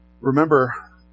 remember